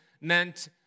meant